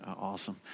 awesome